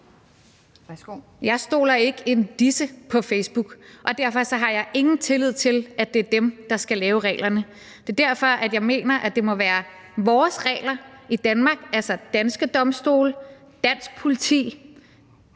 Jeg stoler ikke en disse på Facebook, og derfor har jeg ingen tillid til, at det er dem, der skal lave reglerne. Det er derfor, jeg mener, at det må være vores regler i Danmark, der gælder, altså at det er danske domstole, dansk politi,